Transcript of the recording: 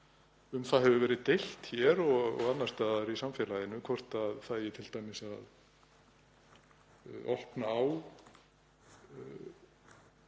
Um það hefur verið deilt hér og annars staðar í samfélaginu hvort það eigi að opna á